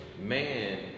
man